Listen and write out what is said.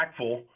impactful